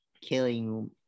killing